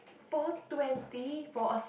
four twenty for a